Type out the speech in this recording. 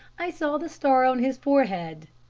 i saw the star on his forehead,